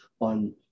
on